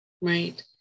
right